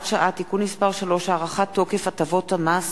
שעה) (תיקון מס' 3) (הארכת תוקף הטבות המס),